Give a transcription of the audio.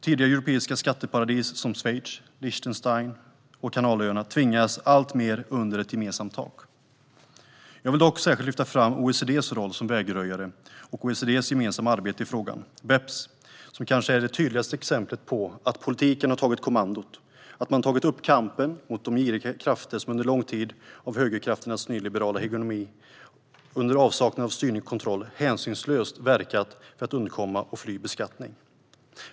Tidigare europeiska skatteparadis som Schweiz, Liechtenstein och Kanalöarna tvingas alltmer in under ett gemensamt tak. Jag vill dock särskilt lyfta fram OECD:s roll som vägröjare och OECD:s gemensamma arbete i frågan, BEPS, som kanske är det tydligaste exemplet på att politiken har tagit kommandot och tagit upp kampen mot de giriga krafter som under lång tid av högerkrafternas nyliberala hegemoni, under avsaknad av styrning och kontroll, hänsynslöst verkat för att undkomma och fly beskattning.